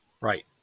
Right